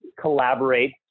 collaborate